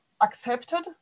accepted